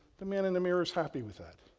the man in the mirror is happy with that.